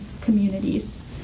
communities